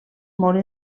molt